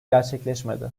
gerçekleşmedi